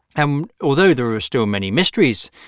um although there are still many mysteries,